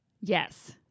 yes